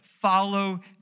follow